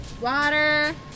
water